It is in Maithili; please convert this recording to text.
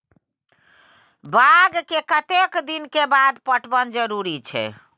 बाग के कतेक दिन के बाद पटवन जरूरी छै?